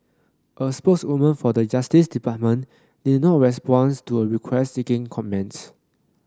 a spokeswoman for the Justice Department didn't respond to a request seeking comments